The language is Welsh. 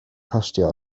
costio